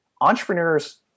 Entrepreneurs